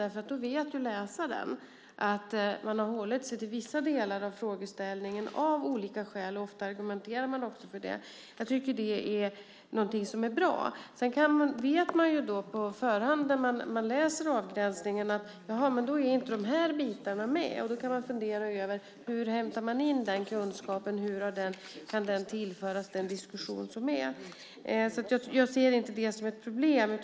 Då vet läsaren att man har hållit sig till vissa delar av frågeställningen av olika skäl. Ofta argumenterar man också för det. Jag tycker att detta är något som är bra. Man vet på förhand när man läser avgränsningen att det är vissa bitar som inte är med. Då kan man fundera över hur man ska hämta in den kunskapen och hur den kan tillföras diskussionen. Jag ser inte det som ett problem.